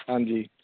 ਹਾਂਜੀ